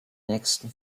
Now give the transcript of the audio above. nächsten